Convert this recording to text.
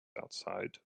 outside